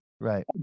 Right